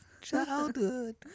Childhood